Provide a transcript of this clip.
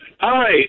Hi